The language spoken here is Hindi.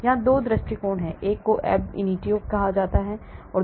यहाँ 2 दृष्टिकोण हैं एक को ab initio विधि कहा जाता है यहाँ